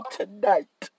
tonight